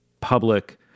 public